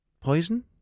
Poison